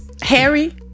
Harry